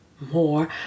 more